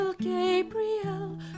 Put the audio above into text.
Gabriel